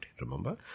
remember